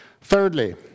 Thirdly